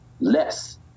less